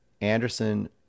Anderson